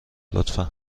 لطفا